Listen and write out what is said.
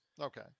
Okay